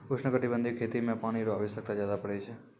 उष्णकटिबंधीय खेती मे पानी रो आवश्यकता ज्यादा पड़ै छै